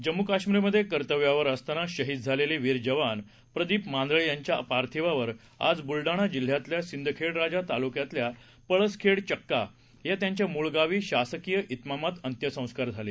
जम्मूकाश्मीरमधेकर्तव्यावरअसतानाशहीदझालेलेवीरजवानप्रदीपमांदळेयांच्यापार्थिवावरआज बुलडाणाजिल्ह्यातल्या सिंदखेडराजातालुक्यामधल्यापळसखेडचक्कायात्यांच्यामूळगावीशासकीयातिमामातअंत्यसंस्कारझाले